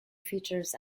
features